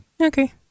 Okay